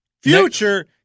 future